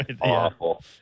Awful